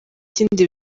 ikindi